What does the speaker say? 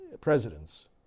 presidents